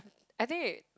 I think it